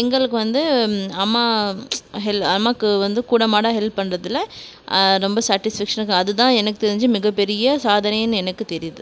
எங்களுக்கு வந்து அம்மா ஹெல் அம்மாவுக்கு வந்து கூடமாட ஹெல்ப் பண்ணுறதுல ரொம்ப சாட்டிஸ்ஃபேக்ஷனாயிருக்கும் அதுதான் எனக்கு தெரிஞ்சு மிகப்பெரிய சாதனைன்னு எனக்கு தெரியுது